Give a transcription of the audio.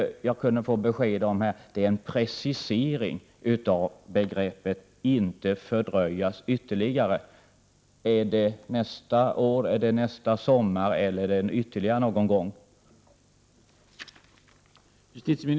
1988/89:122 precisering i tiden av begreppet ”inte fördröjas ytterligare”. Är det nästa år, 26 maj 1989